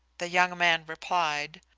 the young man replied,